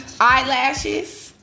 Eyelashes